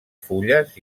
fulles